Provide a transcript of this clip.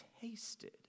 tasted